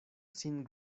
sin